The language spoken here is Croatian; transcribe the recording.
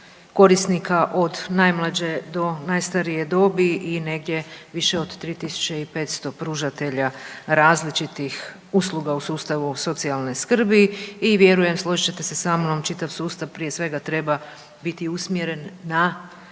korisnika od najmlađe do najstarije dobi i negdje više od 3.500 pružatelja različitih usluga u sustavu socijalne skrbi i vjerujem, složit ćete se sa mnom, čitav sustav prije svega treba biti usmjeren na